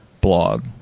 blog